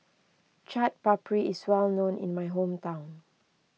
Chaat Papri is well known in my hometown